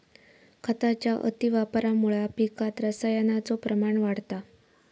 खताच्या अतिवापरामुळा पिकात रसायनाचो प्रमाण वाढता